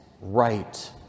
right